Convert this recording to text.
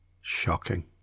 shocking